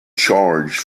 charged